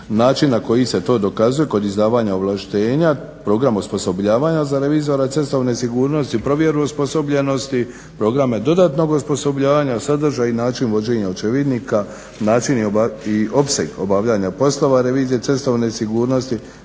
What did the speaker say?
način na koji se to dokazuje kod izdavanja ovlaštenja, program osposobljavanja za revizora cestovne sigurnosti, provjeru osposobljenosti, programe dodatnog osposobljavanja, sadržaj i način vođenja očevidnika, načini i opseg obavljanja poslova revizije cestovne sigurnosti,